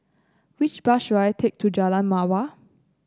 which bus should I take to Jalan Mawar